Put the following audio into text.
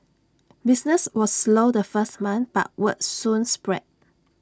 business was slow the first month but word soon spread